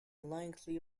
lengthy